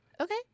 Okay